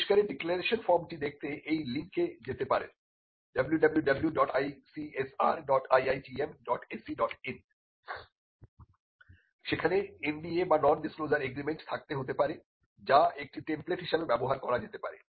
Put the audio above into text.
আবিষ্কারের ডিক্লারেশন ফর্মটি দেখতে এই লিঙ্কে যেতে পারেন wwwicsriitmacin সেখানে NDA বা নন ডিসক্লোজার এগ্রিমেন্ট থাকতে হতে পারে যা একটি টেমপ্লেট হিসাবে ব্যবহার করা যেতে পারে